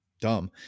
dumb